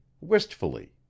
wistfully